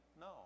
No